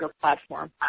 platform